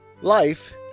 Life